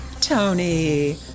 Tony